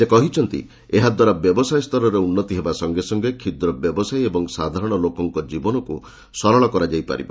ସେ କହିଛନ୍ତି ଏହାଦ୍ୱାରା ବ୍ୟବସାୟ ସ୍ତରରେ ଉନ୍ନତି ହେବା ସଙ୍ଗେ ସଙ୍ଗେ କ୍ଷୁଦ୍ର ବ୍ୟବସାୟୀ ଓ ସାଧାରଣ ଲୋକଙ୍କ ଜୀବନକୁ ସରଳ କରାଯାଇ ପାରିବ